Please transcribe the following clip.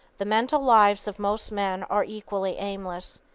the mental lives of most men are equally aimless.